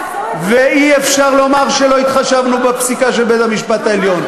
ואי-אפשר לומר שלא התחשבנו בפסיקה של בית-המשפט העליון,